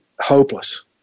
hopeless